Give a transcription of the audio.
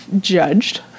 judged